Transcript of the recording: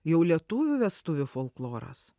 jau lietuvių vestuvių folkloras